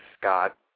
Scott